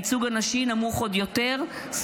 הייצוג הנשי נמוך עוד יותר,